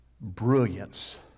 brilliance